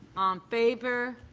favor.